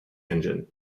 engine